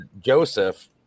Joseph